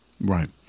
Right